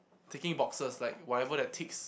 ticking boxes like whatever that ticks